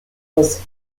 was